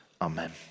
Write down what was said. Amen